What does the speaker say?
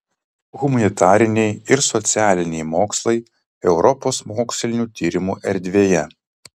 humanitariniai ir socialiniai mokslai europos mokslinių tyrimų erdvėje